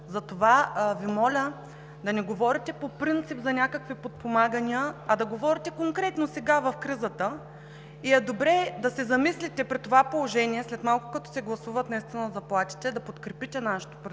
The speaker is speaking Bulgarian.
Затова Ви моля да не говорите по принцип за някакви подпомагания, а да говорите конкретно сега в кризата. И е добре да се замислите – при това положение, след малко като се гласуват наистина заплатите, да подкрепите нашето предложение